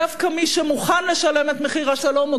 דווקא מי שמוכן לשלם את מחיר השלום הוא